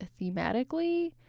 thematically